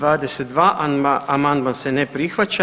22. amandman se ne prihvaća.